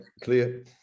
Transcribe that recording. clear